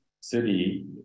city